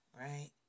right